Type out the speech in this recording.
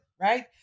Right